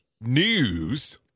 News